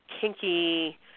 kinky